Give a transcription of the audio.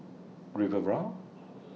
Riviera